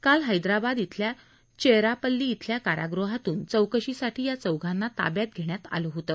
काल हैदराबाद इथल्या चेरलापल्ली इथल्या कारागृहातून चौकशी साठी या चौघांना ताब्यात घेण्यात आलं होतं